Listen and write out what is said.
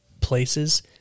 places